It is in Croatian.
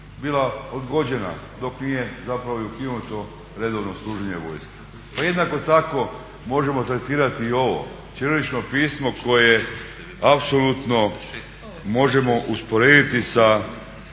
bila odgođena dok nije zapravo i ukinuto redovno služenje vojske. Pa jednako tako možemo tretirati i ovo ćirilično pismo koje apsolutno možemo usporediti sa